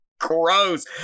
gross